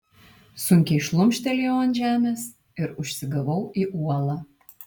sunkiai šlumštelėjau ant žemės ir užsigavau į uolą